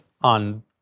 on